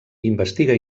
investiga